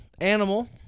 animal